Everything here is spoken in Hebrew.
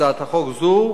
הצעת חוק זו,